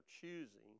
choosing